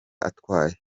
atwaye